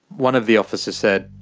one of the officers said,